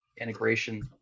integration